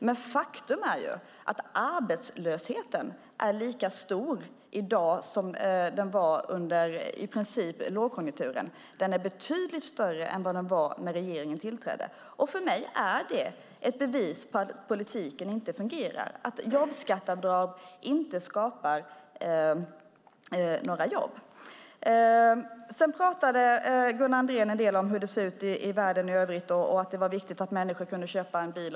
Men faktum är att arbetslösheten i princip är lika stor i dag som under lågkonjunkturen. Den är betydligt större än den var när regeringen tillträdde. För mig är det ett bevis på att politiken inte fungerar och att jobbskatteavdrag inte skapar några jobb. Gunnar Andrén pratade en del om hur det ser ut i världen i övrigt och att det var viktigt att människor kunde köpa en bil.